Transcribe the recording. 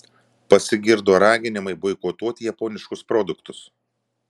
pasigirdo raginimai boikotuoti japoniškus produktus